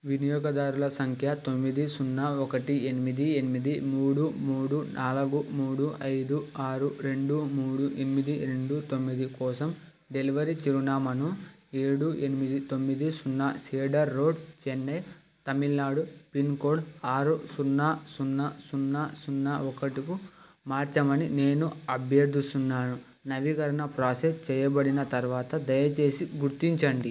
వినియోగదారుల సంఖ్య తొమ్మిది సున్నా ఒకటి ఎనిమిది ఎనిమిది మూడు మూడు నాలుగు మూడు ఐదు ఆరు రెండు మూడు ఎనిమిది రెండు తొమ్మిది కోసం డెలివరీ చిరునామాను ఏడు ఎనిమిది తొమ్మిది సున్నాసెడార్ రోడ్ చెన్నై తమిళ్నాడు పిన్కోడ్ ఆరు సున్నా సున్నా సున్నా సున్నా ఒకటికు మార్చమని నేను అభ్యర్థిస్తున్నాను నవీకరణ ప్రాసెస్ చెయ్యబడిన తరువాత దయచేసి గుర్తించండి